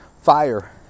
fire